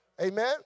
Amen